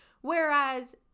whereas